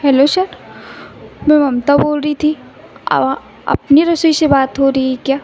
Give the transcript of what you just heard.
hello sir मैं ममता बोल रही थी अवा अपनी रसोई से बात हो रही है क्या